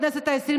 בכנסת העשרים,